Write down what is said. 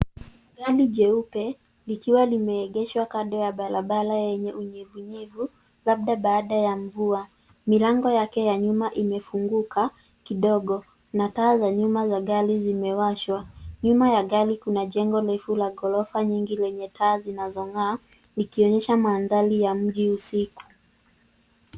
Gari jeupe, likiwa limeegeshwa kando ya barabara yenye unyevunyevu, labda baada ya mvua. Milango yake ya nyuma imefunguka, kidogo, na taa za nyuma za gari zimewashwa. Nyuma ya gari kuna jengo refu la ghorofa nyingi lenye taa zinazong'aa, ikionyesha mandhari ya mji husika.